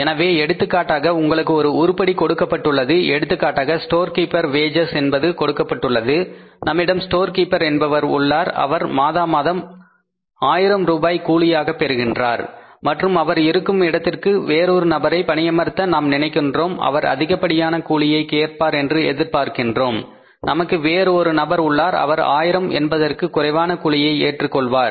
எனவே எடுத்துக்காட்டாக உங்களுக்கு ஒரு உருப்படி கொடுக்கப்பட்டுள்ளது எடுத்துக்காட்டாக ஸ்டோர் கீப்பர் வேஜஸ் நம்மிடம் ஸ்டோர் கீப்பர் என்பவர் உள்ளார் அவர் மாதாமாதம் ஆயிரம் ரூபாய் கூலியாக பெறுகின்றார் மற்றும் அவர் இருக்கும் இடத்திற்கு வேறொரு நபரை பணியமர்த்த நாம் நினைக்கின்றோம் அவர் அதிகப்படியான கூலியை கேட்பார் என்று எதிர்பார்க்கின்றோம் நமக்கு வேறு ஒரு நபர் உள்ளார் அவர் 1000 என்பதற்கு குறைவான கூலியை ஏற்றுக் கொள்வார்